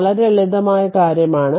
വളരെ ലളിതമായ കാര്യമാണ്